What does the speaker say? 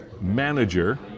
manager